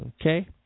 Okay